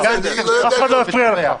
אף אחד לא הפריע לך.